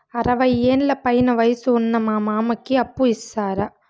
అరవయ్యేండ్ల పైన వయసు ఉన్న మా మామకి అప్పు ఇస్తారా